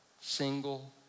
single